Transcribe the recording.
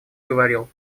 говорил